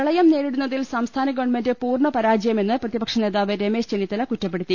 പ്രളയം നേരിടുന്നതിൽ സംസ്ഥാന ഗവൺമെന്റ് പൂർണ്ണ പരാജയമെന്ന് പ്രതിപക്ഷനേതാവ് രമേശ് ചെന്നിത്തല കുറ്റപ്പെടുത്തി